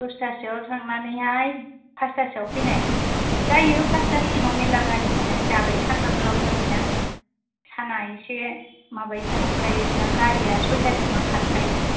दसतासोआव थांनानैहाय फासतासोआव फैनाय जायो पासतासिमाव मेरला गारि मोनो दालाय सानबा गोलाव जाबायना साना एसे माबायैसो हाबखायो दा गारिया सइतासिमा खारखायो